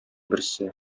берсе